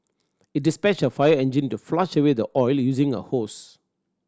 it dispatched a fire engine to flush away the oil using a hose